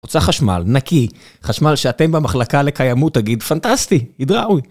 הוצא חשמל, נקי, חשמל שאתם במחלקה לקיימות תגיד, פנטסטי, ידראוי.